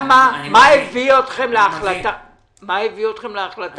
מה הביא אתכם להחלטה הזאת?